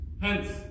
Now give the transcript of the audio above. hence